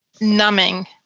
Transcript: numbing